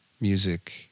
music